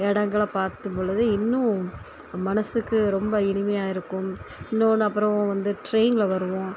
இடங்கள பார்க்கும் பொழுது இன்னும் மனதுக்கு ரொம்ப இனிமையாக இருக்கும் இன்னொன்னு அப்புறம் வந்து ட்ரெயினில் வருவோம்